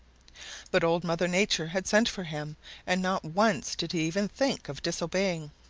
but old mother nature had sent for him and not once did he even think of disobeying.